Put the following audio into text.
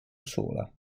sola